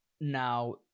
Now